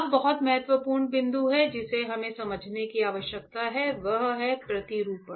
अब बहुत महत्वपूर्ण बिंदु जिसे हमें समझने की आवश्यकता है वह है प्रतिरूपण